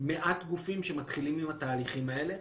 מעט גופים שמתחילים עם התהליכים האלה,